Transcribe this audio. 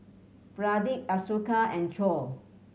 Pradip Ashoka and Choor